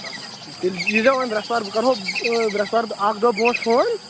آ ٹھیٖک تیٚلہِ ییٖزیو وۄنۍ پرٛیٚسوار بہٕ کرہو برٛیٚسوار اکھ دۄہ برٛوٗنٛٹھ فون